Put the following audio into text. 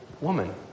woman